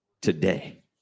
today